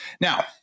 Now